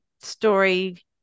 story